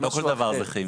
לא כל דבר זה כימי.